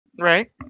Right